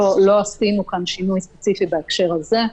לא עשינו כאן שינוי ספציפי בהקשר הזה.